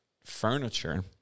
furniture